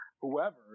whoever